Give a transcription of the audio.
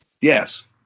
Yes